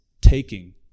taking